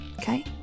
okay